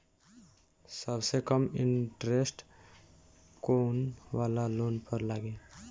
सबसे कम इन्टरेस्ट कोउन वाला लोन पर लागी?